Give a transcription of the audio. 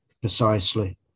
precisely